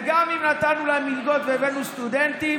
וגם אם נתנו להם מלגות והבאנו סטודנטים,